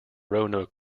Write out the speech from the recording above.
roanoke